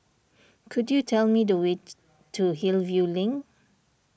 could you tell me the way to Hillview Link